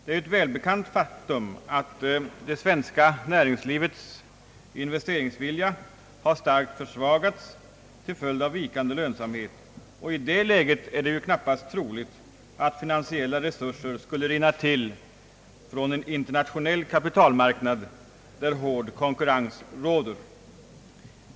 Det är ett välbekant faktum att det svenska näringslivets investeringsvilja har starkt försvagats till följd av vikande lönsamhet, och i det läget är det knappast troligt att finansiella resurser skulle rinna till från en internationell kapitalmarknad där hård konkurrens råder.